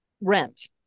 rent